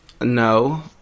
No